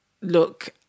look